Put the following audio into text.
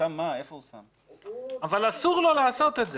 אבל אסור לו לעשות את זה.